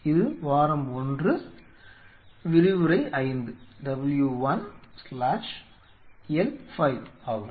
இது வாரம் 1 விரிவுரை 5 W1L 5 ஆகும்